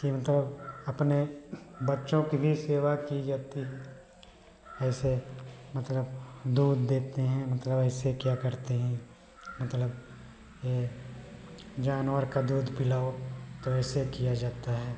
कि मतलब अपने बच्चों के लिए सेवा की जाती है ऐसे मतलब दूध देते हैं मतलब ऐसे क्या करते हैं मतलब ये जानवर का दूध पिलाओ तो ऐसे किया जाता है